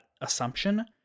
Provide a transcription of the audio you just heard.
assumption